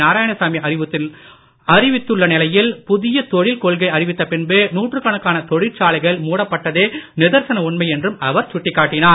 நாராயணசாமி அறிவித்துள்ள நிலையில் புதிய தொழில் கொள்கை அறிவித்த பின்பு நூற்றுக்கணக்கான தொழிற்சாலைகள் மூடப்பட்டதே நிதர்சன உண்மை என்றும் அவர் சுட்டிக் காட்டினார்